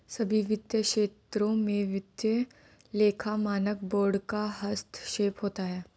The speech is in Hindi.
सभी वित्तीय क्षेत्रों में वित्तीय लेखा मानक बोर्ड का हस्तक्षेप होता है